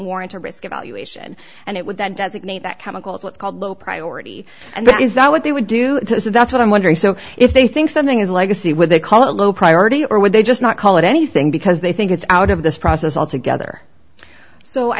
warrant a risk evaluation and it would that designate that chemical is what's called low priority and that is that what they would do is that's what i'm wondering so if they think something is a legacy would they call it a low priority or would they just not call it anything because they think it's out of this process altogether so i